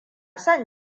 son